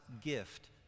gift